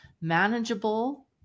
manageable